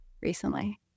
recently